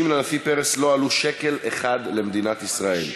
לנשיא פרס לא עלו שקל אחד למדינת ישראל.